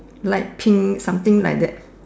light pink something like that